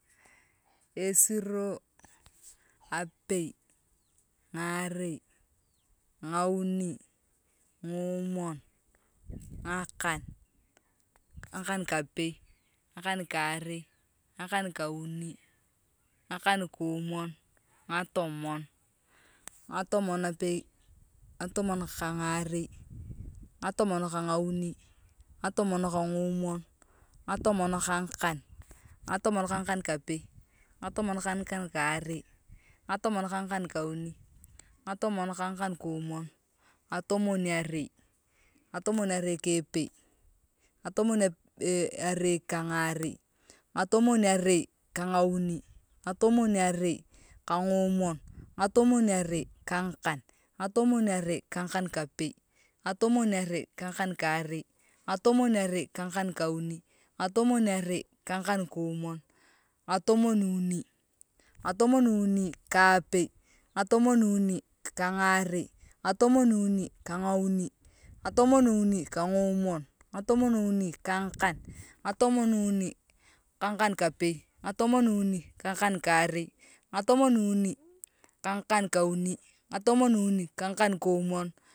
Esiro apei ngarei ngauni ngooomon ngakan ngakan kapei ngakan karei ngakan kauni ngakaa koomon ngatomon ngatomon pei ngatomon kangarei ngatomon kangauni ngatomon kangoomon ngatomon kangakan ngatomon ka angan kapei ngatomon ka ngakan karei ngatomon ka angakan kauni ngatomon ka akangakau koomon ngatomoniarei ngatomoniarei ke epei ngatomian rei ka ngarei ngatomian rei ka ngauni ngatomian rei ka ngoomon ngatomoniarei ka ngakan ngatomoniarei ka ngakan kapei ngatomoniarei ka ngakan kauni ngatomoniarei ka ngakan koomon ngatomon wouni ngatomon wouni ka apei ngatomon wouni ka angarei ngatomon uni ka ngauni ngatomon uni ka ngoomon ngatomon uuni ka angakan ngatomon uni ka ngakankapei ngatomon uni ka ngakan karei ka ngakan kauni ngatomon uni ka ngakan kormon.